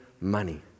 money